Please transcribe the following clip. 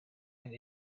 and